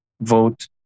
Vote